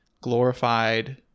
glorified